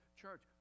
church